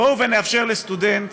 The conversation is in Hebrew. בואו נאפשר לסטודנט